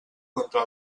contra